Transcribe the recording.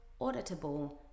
auditable